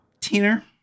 Teener